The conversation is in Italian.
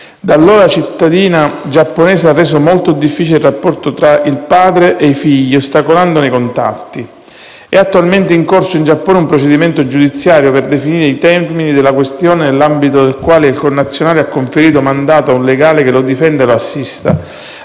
allora la cittadina giapponese ha reso molto difficile il rapporto tra il padre e i figli, ostacolandone i contatti. È attualmente in corso in Giappone un procedimento giudiziario per definire i termini della questione, nell'ambito del quale il connazionale ha conferito mandato a un legale che lo difenda e lo assista.